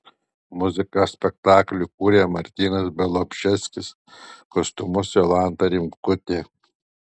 muziką spektakliui kūrė martynas bialobžeskis kostiumus jolanta rimkutė